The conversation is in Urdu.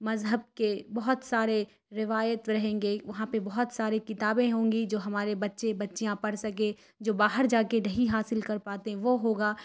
مذہب کے بہت سارے روایت رہیں گے وہاں پہ بہت سارے کتابیں ہوں گی جو ہمارے بچے بچیاں پڑھ سکے جو باہر جا کے نہیں حاصل کر پاتے ہیں وہ ہوگا